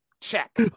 check